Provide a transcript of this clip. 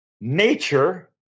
nature